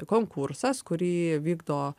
konkursas kurį vykdo